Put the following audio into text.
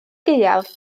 gaeaf